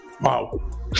Wow